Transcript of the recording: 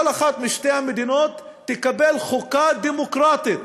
אחת משתי המדינות תקבל חוקה דמוקרטית,